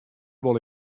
wol